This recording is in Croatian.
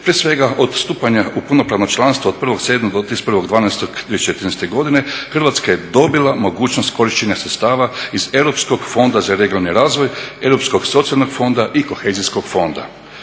Prije svega, od stupanja u punopravno članstvo od 01.07. do 31.12.2013. godine Hrvatska je dobila mogućnost korištenja sredstava iz europskog fonda za regionalni razvoj, europskog socijalnog fonda i kohezijskog fonda.